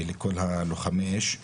ולכל לוחמי האש.